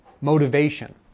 motivation